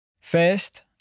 First